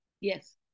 Yes